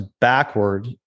backward